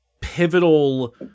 pivotal